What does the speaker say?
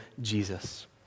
Jesus